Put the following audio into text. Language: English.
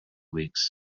weeks